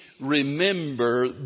remember